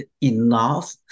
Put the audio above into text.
enough